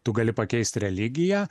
tu gali pakeisti religiją